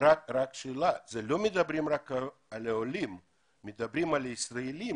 לא מדברים רק על העולים אלא מדברים על הישראלים